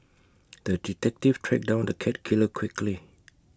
the detective tracked down the cat killer quickly